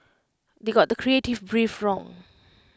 they got the creative brief wrong